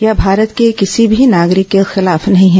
यह भारत के किसी भी नागरिक के खिलाफ नहीं है